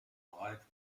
live